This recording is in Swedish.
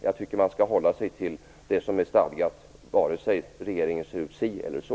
Jag tycker att man skall hålla sig till det som är stadgat, oavsett om regeringen ser ut si eller så.